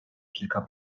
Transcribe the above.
kilka